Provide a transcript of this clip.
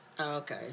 Okay